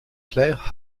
clare